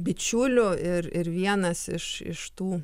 bičiulių ir ir vienas iš iš tų